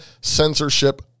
censorship